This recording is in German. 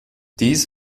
dies